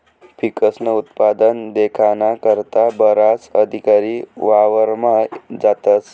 पिकस्नं उत्पादन देखाना करता बराच अधिकारी वावरमा जातस